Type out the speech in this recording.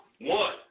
one